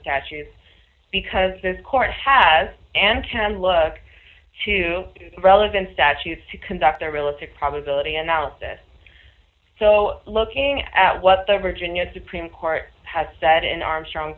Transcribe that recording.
statutes because this court has and can look to the relevant statutes to conduct their realistic probability analysis so looking at what the virginia supreme court has said in armstrong